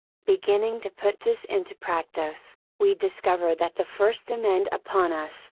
beginning to put this into practice, we discover that the first demand upon us,